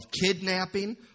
kidnapping